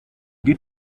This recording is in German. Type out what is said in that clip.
geht